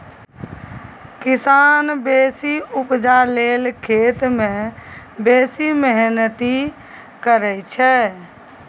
किसान बेसी उपजा लेल खेत मे बेसी मेहनति करय छै